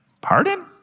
pardon